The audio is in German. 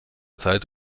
zeit